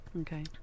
Okay